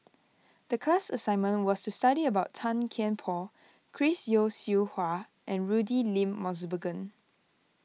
the class assignment was to study about Tan Kian Por Chris Yeo Siew Hua and Rudy William Mosbergen